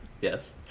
Yes